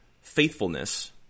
faithfulness